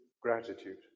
gratitude